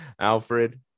Alfred